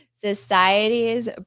society's